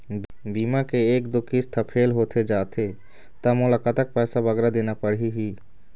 बीमा के एक दो किस्त हा फेल होथे जा थे ता मोला कतक पैसा बगरा देना पड़ही ही?